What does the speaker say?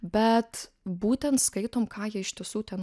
bet būtent skaitom ką jie iš tiesų ten